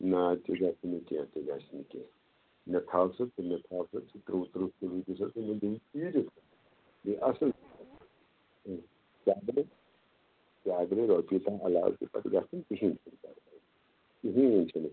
نَہ تہِ گژھہِ نہٕ کیٚنٛہہ تہِ گژھہِ نہٕ کیٚنٛہہ مےٚ تھاو ژٕ تہٕ مےٚ تھاو ژٕ تٕرٛہ تٕرٛہ کلوٗ شیٖرتھ بیٚیہِ اصٕل ژےٚ اَگرٔے ژےٚ اَگرٔے رۄپیہِ دَہ علاوٕ تہِ پَتہٕ گژھنٔے کِہیٖنۍ چھُنہٕ پرواے کِہیٖنۍ چھُنہٕ